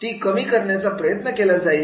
ती कमी करण्याचा प्रयत्न केला जाईल